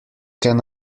can